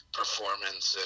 performance